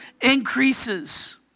increases